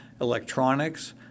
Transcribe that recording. electronics